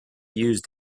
used